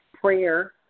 Prayer